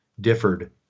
differed